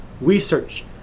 research